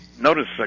notice